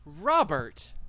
Robert